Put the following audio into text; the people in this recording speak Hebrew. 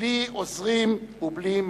בלי עוזרים ובלי מתווכים.